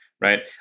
Right